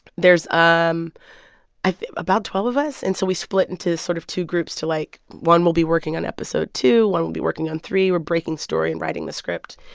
there's um i think about twelve of us. and so we split into sort of two groups to like, one will be working on episode two, one will be working on three. we're breaking story and writing the script.